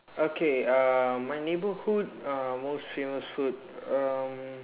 okay uh my neighbourhood um most famous food um